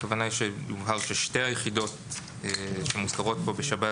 הכוונה היא שיובהר ששתי היחידות שמוזכרות כאן בשירות